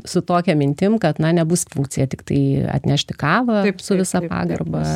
su tokia mintim kad na nebus funkcija tiktai atnešti kavą su visa pagarba